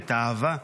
את האהבה,